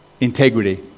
Integrity